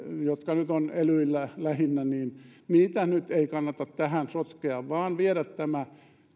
jotka nyt ovat lähinnä elyillä nyt ei kannata tähän sotkea vaan kannattaa viedä tämä